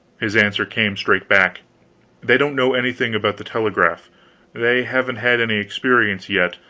his answer came straight back they don't know anything about the telegraph they haven't had any experience yet,